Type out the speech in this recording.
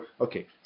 okay